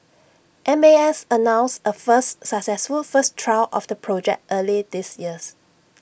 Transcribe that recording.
M A S announced A first successful first trial of the project early this year